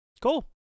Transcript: Cool